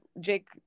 Jake